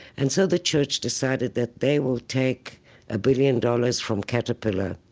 and so the church decided that they will take a billion dollars from caterpillar